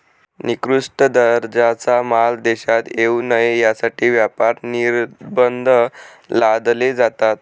निकृष्ट दर्जाचा माल देशात येऊ नये यासाठी व्यापार निर्बंध लादले जातात